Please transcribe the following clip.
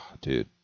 Dude